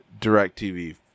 DirecTV